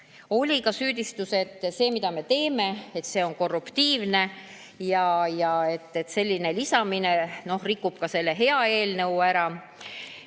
ka süüdistus, et see mida me teeme, on korruptiivne ja et selline lisamine rikub ka selle hea eelnõu ära.